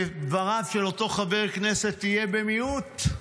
כדבריו של אותו חבר כנסת, יהיה במיעוט.